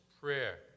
prayer